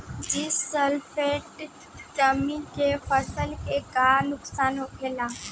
Zinc sulphate के कमी से फसल के का नुकसान होला?